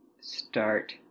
start